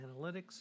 analytics